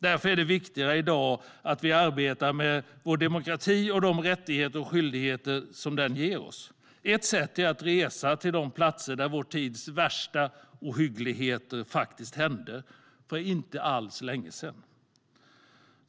Därför är det viktigt att vi arbetar med vår demokrati och de rättigheter och skyldigheter den ger oss. Ett sätt är att resa till de platser där vår tids värsta ohyggligheter hände för inte alls länge sedan.